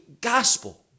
gospel